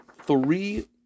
three